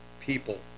people